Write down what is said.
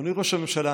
אדוני ראש הממשלה,